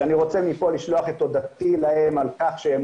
שאני רוצה מפה לשלוח את תודתי להם על כך שהם